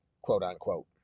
quote-unquote